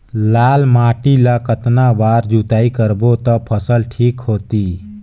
लाल माटी ला कतना बार जुताई करबो ता फसल ठीक होती?